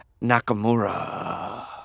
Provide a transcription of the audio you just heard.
Nakamura